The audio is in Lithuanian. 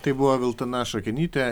tai buvo viltana šakenytė